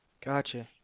Gotcha